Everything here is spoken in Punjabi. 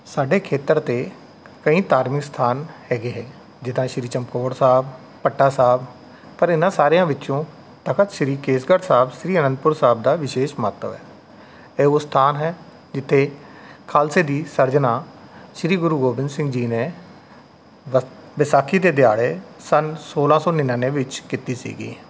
ਸਾਡੇ ਖੇਤਰ ਦੇ ਕਈ ਧਾਰਮਿਕ ਅਸਥਾਨ ਹੈਗੇ ਹੈ ਜਿੱਦਾਂ ਸ਼੍ਰੀ ਚਮਕੌਰ ਸਾਹਿਬ ਭੱਠਾ ਸਾਹਿਬ ਪਰ ਇਨ੍ਹਾਂ ਸਾਰਿਆਂ ਵਿੱਚੋਂ ਤਖ਼ਤ ਸ਼੍ਰੀ ਕੇਸਗੜ੍ਹ ਸਾਹਿਬ ਸ਼੍ਰੀ ਅਨੰਦਪੁਰ ਸਾਹਿਬ ਦਾ ਵਿਸ਼ੇਸ਼ ਮਹੱਤਵ ਹੈ ਇਹ ਉਹ ਸਥਾਨ ਹੈ ਜਿੱਥੇ ਖਾਲਸੇ ਦੀ ਸਿਰਜਨਾ ਸ਼੍ਰੀ ਗੁਰੂ ਗੋਬਿੰਦ ਸਿੰਘ ਜੀ ਨੇ ਵ ਵਿਸਾਖੀ ਦੇ ਦਿਹਾੜੇ ਸੰਨ ਸੋਲ੍ਹਾਂ ਸੌ ਨਿਆਨਵੇਂ ਵਿੱਚ ਕੀਤੀ ਸੀਗੀ